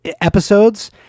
episodes